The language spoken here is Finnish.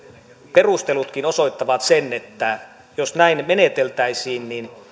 perustelutkin osoittavat sen että jos näin meneteltäisiin